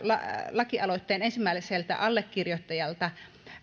lakialoitteen ensimmäiseltä allekirjoittajalta